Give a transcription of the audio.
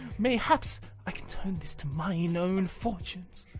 mayhaps i can turn this to myne owne fortunes?